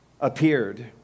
appeared